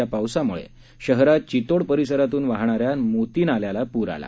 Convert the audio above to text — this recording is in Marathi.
या पावसाम्ळे शहरात चितोड परिसरातून वाहणाऱ्या मोती नाल्याला प्र आला